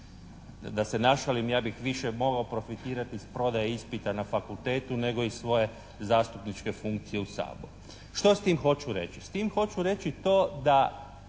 Da se našalim ja bih više mogao profitirati s prodaje ispita na fakultetu nego iz svoje zastupničke funkcije u Saboru. Što s tim hoću reći? S tim hoću reći to da